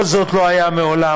כל זה לא היה מעולם,